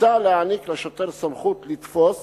מוצע להעניק לשוטר סמכות לתפוס